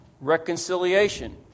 reconciliation